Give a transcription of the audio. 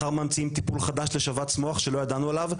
מחר ממציאים טיפול חדש לשבץ מוח שלא ידענו עליו,